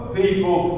people